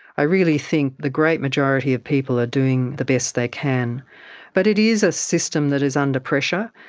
i really think the great majority of people are doing the best they can but it is a system that is under pressure,